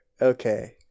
Okay